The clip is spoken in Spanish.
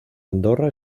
andorra